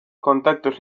contactos